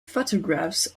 photographs